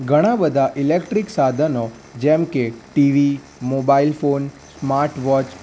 ઘણા બધા ઇલેકટ્રીક સાધનો જેમ કે TV mobile phone smart watch